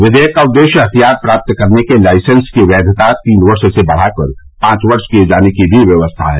विधेयक का उद्देश्य हथियार प्राप्त करने के लाइसेंस की वैधता तीन वर्ष से बढाकर पांच वर्ष किए जाने की भी व्यवस्था है